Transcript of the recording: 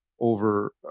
over